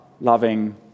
loving